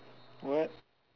what